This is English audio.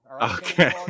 Okay